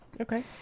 Okay